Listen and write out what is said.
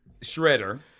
Shredder